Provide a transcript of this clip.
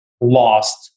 lost